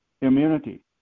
immunity